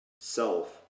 self